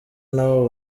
n’abo